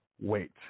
wait